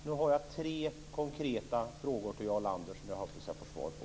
Nu har jag ställt tre konkreta frågor till Jarl Lander, som jag hoppas att jag får svar på.